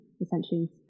essentially